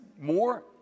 more